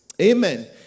amen